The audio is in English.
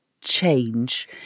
change